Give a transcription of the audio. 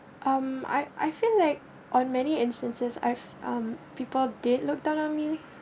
um I I feel like on many instances I've um people they look down on me